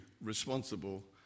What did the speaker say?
responsible